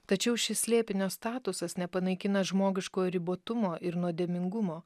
tačiau šis slėpinio statusas nepanaikina žmogiškojo ribotumo ir nuodėmingumo